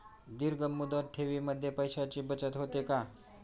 दीर्घ मुदत ठेवीमध्ये पैशांची बचत होते का?